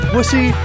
Wussy